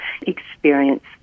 experience